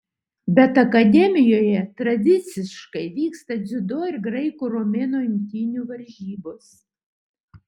bet akademijoje tradiciškai vyksta dziudo ir graikų romėnų imtynių varžybos